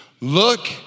Look